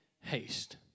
haste